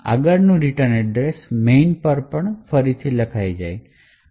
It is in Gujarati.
આગળનું રિટર્ન એડ્રેસ main પર પણ ફરીથી લખાઈ જશે